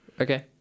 okay